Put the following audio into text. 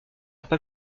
pas